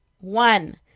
One